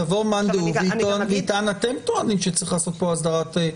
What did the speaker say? יבוא מאן דהוא ויטען שאתם טוענים שצריך לעשות כאן הסדרה,